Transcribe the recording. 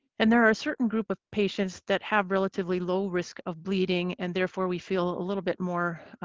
and there are a certain group of patients that have relatively low risk of bleeding and therefore we feel a little bit more